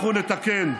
אנחנו נתקן.